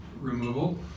removal